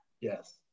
Yes